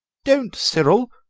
don't, cyril,